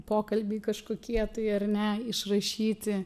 pokalbiai kažkokie tai ar ne išrašyti